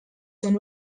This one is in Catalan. són